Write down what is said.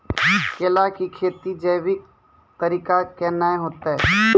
केला की खेती जैविक तरीका के ना होते?